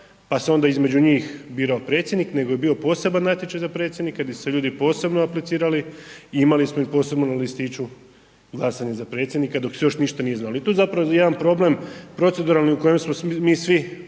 pa se onda između njih birao predsjednik nego je bio poseban natječaj za predsjednika di su se ljudi posebno aplicirali i imali smo i posebno na listiću glasanje za predsjednika dok se još ništa nije znalo. I to je zapravo jedan problem proceduralni u kojem smo mi svi